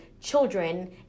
children